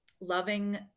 loving